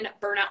burnout